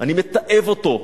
אני מתעב אותו,